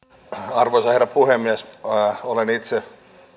arvoisa herra puhemies olen itse